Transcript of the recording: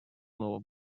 новом